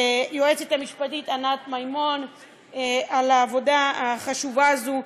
ליועצת המשפטית ענת מימון על העבודה החשובה הזו.